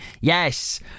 Yes